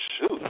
shoot